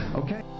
okay